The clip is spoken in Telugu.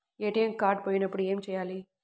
ఏ.టీ.ఎం కార్డు పోయినప్పుడు ఏమి చేయాలి?